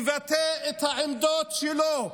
מבטא את העמדות שלו.